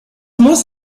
muss